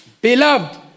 Beloved